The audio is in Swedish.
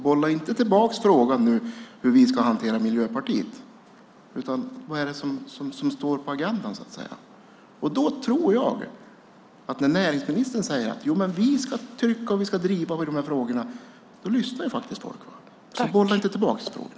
Bolla nu inte tillbaka och fråga hur vi ska hantera Miljöpartiet. Vad står på agendan? Jag tror att när näringsministern säger att vi ska trycka på och driva de här frågorna, då lyssnar folk. Så bolla inte tillbaka frågorna!